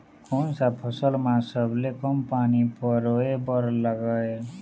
कोन सा फसल मा सबले कम पानी परोए बर लगेल?